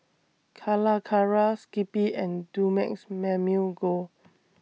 Calacara Skippy and Dumex Mamil Gold